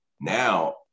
Now